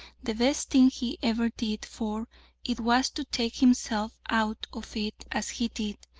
the best thing he ever did for it was to take himself out of it as he did,